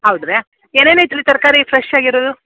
ಹೌದಾ ಏನೇನು ಐತ್ರಿ ತರಕಾರಿ ಫ್ರೆಶ್ ಆಗಿರೋದು